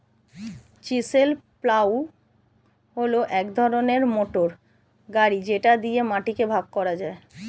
chisel plough হল এক ধরনের মোটর গাড়ি যেটা দিয়ে মাটিকে ভাগ করা যায়